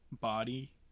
body